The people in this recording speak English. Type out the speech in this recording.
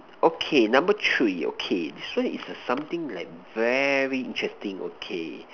okay number three okay this one is uh something like very interesting okay